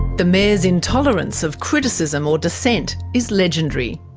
the mayor's intolerance of criticism or dissent is legendary.